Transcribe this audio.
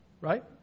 right